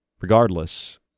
regardless